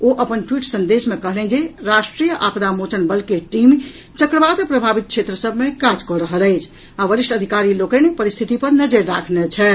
ओ अपन ट्वीट संदेश मे कहलनि जे राष्ट्रीय आपदा मोचन बल के टीम चक्रवात प्रभावित क्षेत्र सभ मे काज कऽ रहल अछि आ वरिष्ठ अधिकारी लोकनि परिस्थिति पर नजरि राखने छथि